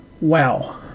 wow